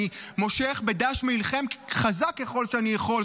אני מושך בדש מעילכם חזק ככל שאני יכול.